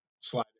slide